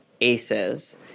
ACEs